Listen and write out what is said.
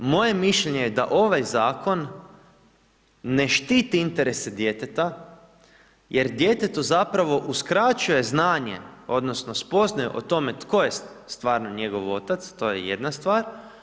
Moje mišljenje je da ovaj zakon ne štiti interese djeteta jer djetetu zapravo uskraćuje znanje odnosno spoznaju o tome tko je stvarno njegov otac, to je jedna stvar.